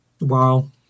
Wow